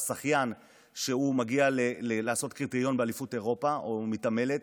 או שחיין שמגיע לעשות קריטריון באליפות אירופה או מתעמלת.